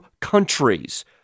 countries